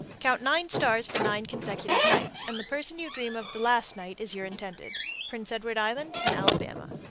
count nine stars for nine consecutive nights, and the person you dream of the last night is your intended. prince edward island and alabama.